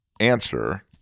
answer